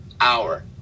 hour